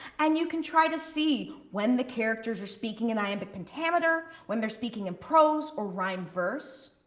and you can try to see, when the characters are speaking in iambic pentameter, when they're speaking in prose or rhyme verse.